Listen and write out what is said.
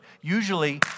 Usually